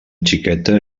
xiqueta